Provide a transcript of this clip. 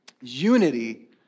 Unity